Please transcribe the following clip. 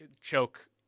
choke